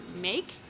make